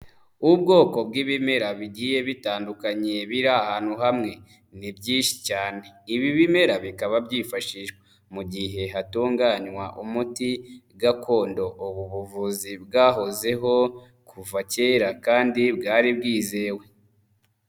Ubwoko bw'ibimera bigiye bitandukanye biri ahantu hamwe, ni byinshi cyane, ibi bimera bikaba byifashishwa mu gihe hatunganywa umuti gakondo, ubu buvuzi bwahozeho kuva kera kandi bwari bwizewe.